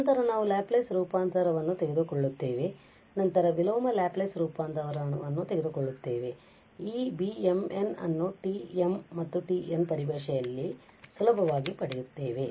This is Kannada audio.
ನಂತರ ನಾವು ಲ್ಯಾಪ್ಲೇಸ್ ರೂಪಾಂತರವನ್ನು ತೆಗೆದುಕೊಳ್ಳುತ್ತೇವೆ ಮತ್ತು ನಂತರ ವಿಲೋಮ ಲ್ಯಾಪ್ಲೇಸ್ ರೂಪಾಂತರವನ್ನು ತೆಗೆದುಕೊಳ್ಳುತ್ತೇವೆ ಮತ್ತು ನಾವು ಈ Β m n ಅನ್ನು Γ ಮತ್ತು Γ ಪರಿಭಾಷೆಯಲ್ಲಿ ಸುಲಭವಾಗಿ ಪಡೆಯುತ್ತೇವೆ